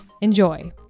Enjoy